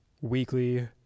weekly